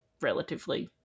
relatively